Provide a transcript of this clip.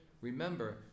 Remember